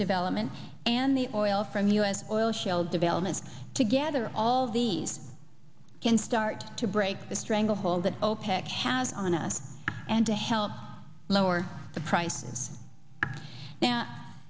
development and the oil from u s oil shale development together all these can start to break the stranglehold that opec has on us and to help lower the prices